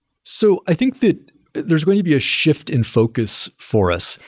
so i think that there's going to be a shift in focus for us.